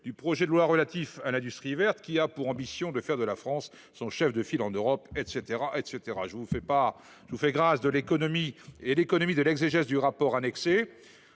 du projet de loi relatif à l’industrie verte, qui a pour ambition de faire de la France son chef de file en Europe. », etc. Je vous fais grâce de l’exégèse du rapport annexé…